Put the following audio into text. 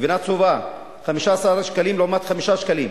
גבינה צהובה, 15 שקלים לעומת 5 שקלים.